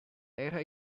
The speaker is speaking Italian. era